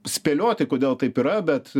spėlioti kodėl taip yra bet